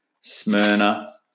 Smyrna